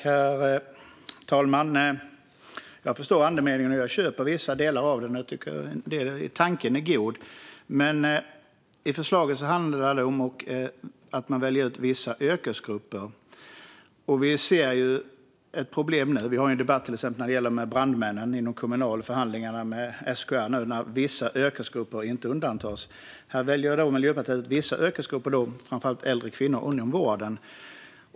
Herr talman! Jag förstår andemeningen och köper vissa delar av detta. Tanken är god, men i förslaget handlar det om att man väljer ut vissa yrkesgrupper. Vi ser ju ett problem nu. Det pågår en debatt när det gäller till exempel brandmännen och förhandlingarna mellan Kommunal och SKR, där vissa yrkesgrupper inte undantas. Här väljer Miljöpartiet ut vissa yrkesgrupper, framför allt äldre kvinnor inom vården.